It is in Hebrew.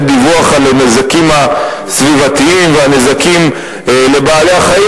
דיווח על הנזקים הסביבתיים והנזקים לבעלי החיים,